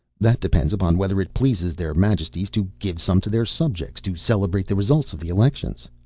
that depends upon whether it pleases their majesties to give some to their subjects to celebrate the result of the elections.